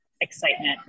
excitement